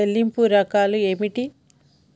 చెల్లింపు రకాలు ఏమిటి?